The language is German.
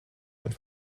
und